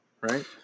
right